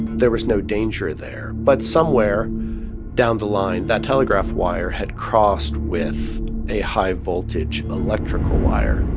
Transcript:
there was no danger there. but somewhere down the line, that telegraph wire had crossed with a high-voltage electrical wire.